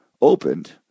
opened